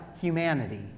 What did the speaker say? humanity